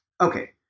Okay